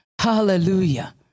Hallelujah